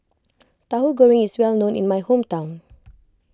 Tauhu Goreng is well known in my hometown